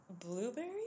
Blueberry